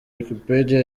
wikipedia